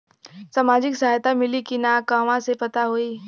सामाजिक सहायता मिली कि ना कहवा से पता होयी?